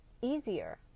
easier